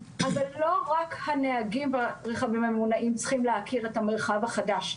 אבל לא רק הנהגים ברכבים הממונעים צריכים להכיר את המרחב החדש.